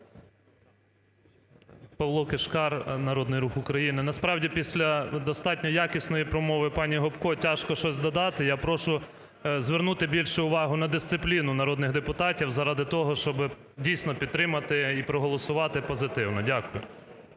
Павло Кишкар, Народний Рух України. Насправді, після достатньо якісної промови пані Гопко, тяжко щось додати. Я прошу звернути більше увагу на дисципліну народних депутатів заради того, щоби дійсно підтримати і проголосувати позитивно. Дякую.